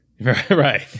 Right